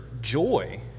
joy